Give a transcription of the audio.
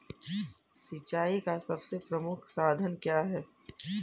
सिंचाई का सबसे प्रमुख साधन क्या है?